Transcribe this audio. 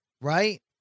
right